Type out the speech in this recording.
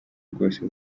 bwose